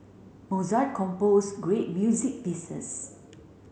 Mozart composed great music pieces